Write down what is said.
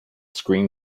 screen